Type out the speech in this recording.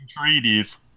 treaties